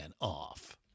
off